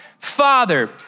Father